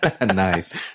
Nice